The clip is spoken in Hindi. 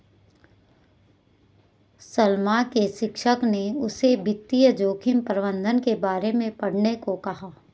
सलमा के शिक्षक ने उसे वित्तीय जोखिम प्रबंधन के बारे में पढ़ने को कहा